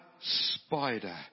spider